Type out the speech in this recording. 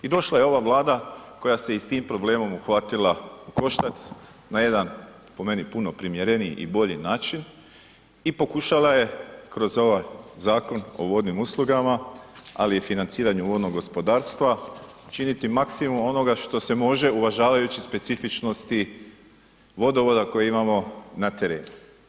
I došla je ova Vlada koja se i s tim problemom uhvatila u koštac na jedan, po meni, puno primjereniji i bolji način i pokušala je kroz ovaj Zakon o vodnim uslugama, ali i financiranju vodnog gospodarstva činiti maksimum onoga što se može uvažavajući specifičnosti vodovoda koji imamo na terenu.